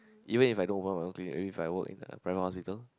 even if I don't open my own clinic maybe if I work in a private hospital